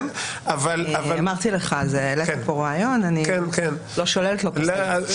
העלית פה רעיון, אני לא שוללת ולא פוסלת.